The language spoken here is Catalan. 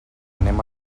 anem